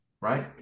Right